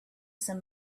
some